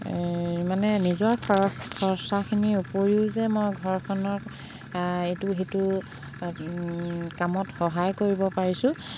মানে নিজৰ খৰচ খৰচাখিনিৰ উপৰিও যে মই ঘৰখনত ইটো সিটো কামত সহায় কৰিব পাৰিছোঁ